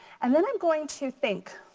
and then i'm going to think,